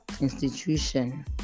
institution